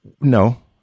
No